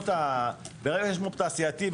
ברגע שיש מו"פ תעשייתי,